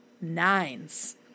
nines